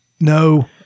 No